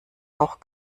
auch